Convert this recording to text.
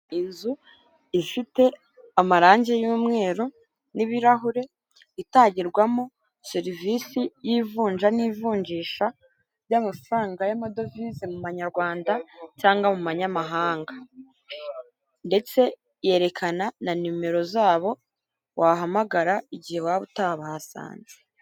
Inzu ifite amarangi y'umweru n'ibirahure, itangirwamo serivisi y'ivunja n'ivunjisha ry'amafaranga y'amadovize mu manyarwanda cyangwa mu manyamahanga ndetse yerekana na nimero zabo, wahamagara igihe waba utabahasanze.